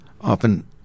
often